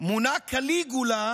מונה קליגולה